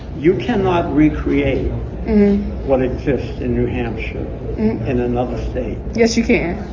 you cannot recreate what exists in new hampshire in another state yes, you can.